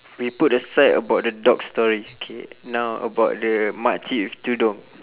we put aside about the dog story K now about the makcik with tudung